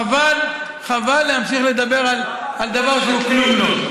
חבל, חבל להמשיך לדבר על דבר שהוא לא כלום.